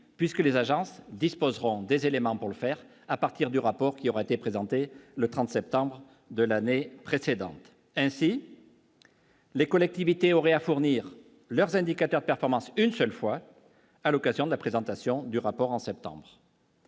puisque les agences disposeront des éléments pour le faire, à partir du rapport qui ont été présenté le 30 septembre de l'année précédente, ainsi les collectivités aurait à fournir leurs indicateurs performance une seule fois à l'occasion de la présentation du rapport en septembre.